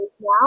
now